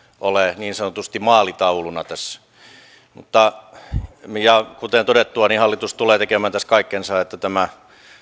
ole niin sanotusti maalitauluna tässä ja kuten todettua hallitus tulee tekemään tässä kaikkensa että tämä